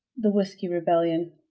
the whisky rebellion.